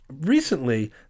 Recently